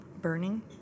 burning